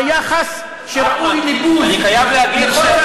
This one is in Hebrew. זה יחס שראוי לבוז, לחוסר